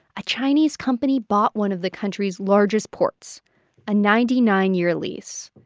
a chinese company bought one of the country's largest ports a ninety nine year lease.